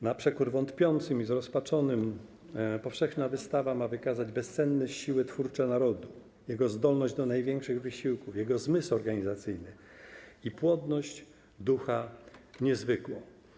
Na przekór wątpiącym i zrozpaczonym (...) Powszechna Wystawa ma wykazać bezcenne siły twórcze narodu, jego zdolność do największych wysiłków, jego zmysł organizacyjny (...) i płodność ducha niezwykłą.